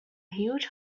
huge